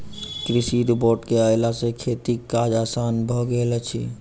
कृषि रोबोट के अयला सॅ खेतीक काज आसान भ गेल अछि